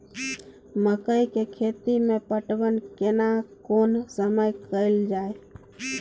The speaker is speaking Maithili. मकई के खेती मे पटवन केना कोन समय कैल जाय?